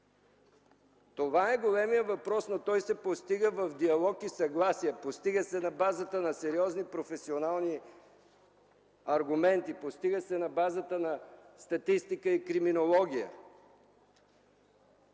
Това е големият въпрос. Той обаче се постига в диалог и съгласие, постига се на базата на сериозни професионални аргументи, на базата на статистика и криминология.